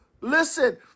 Listen